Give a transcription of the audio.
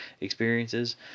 experiences